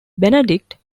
benedict